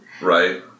Right